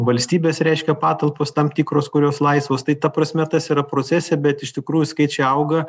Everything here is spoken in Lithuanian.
valstybės reiškia patalpos tam tikros kurios laisvos tai ta prasme tas yra procese bet iš tikrųjų skaičiai auga